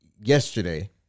yesterday